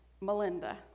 Melinda